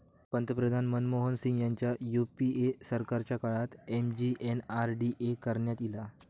पंतप्रधान मनमोहन सिंग ह्यांच्या यूपीए सरकारच्या काळात एम.जी.एन.आर.डी.ए करण्यात ईला